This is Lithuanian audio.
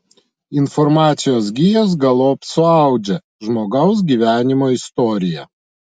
informacijos gijos galop suaudžia žmogaus gyvenimo istoriją